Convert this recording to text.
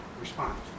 response